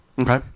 Okay